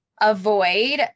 avoid